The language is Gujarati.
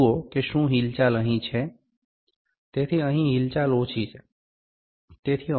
અને જુઓ કે શું હિલચાલ અહીં છે તેથી અહીં હિલચાલ ઓછી છે